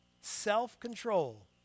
Self-control